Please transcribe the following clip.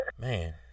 Man